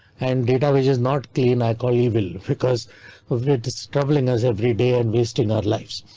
and data which is not clean i call evil because with this troubling us every day and wasting our lives.